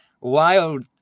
wild